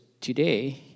today